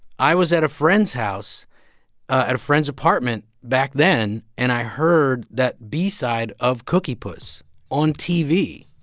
i was at a friend's house at a friend's apartment back then, and i heard that b-side of cooky puss on tv.